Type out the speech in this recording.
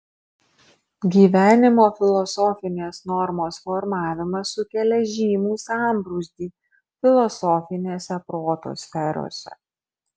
gyvenimo filosofinės normos formavimas sukelia žymų sambrūzdį filosofinėse proto sferose